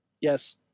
Yes